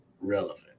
relevant